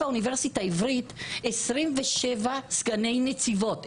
באוניברסיטה העברית יש 27 סגני נציבות.